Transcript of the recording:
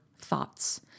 thoughts